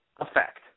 effect